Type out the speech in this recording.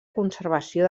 conservació